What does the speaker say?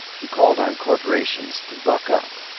he called on corporations to buck up,